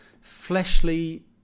fleshly